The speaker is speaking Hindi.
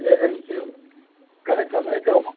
ये नहीं कि कड़े चमड़े के हों